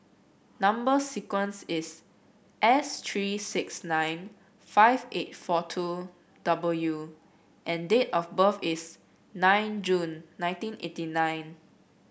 number sequence is S three six nine five eight four two W and date of birth is nine June nineteen eighty nine